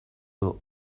will